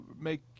make